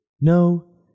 No